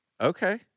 Okay